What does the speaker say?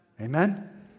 Amen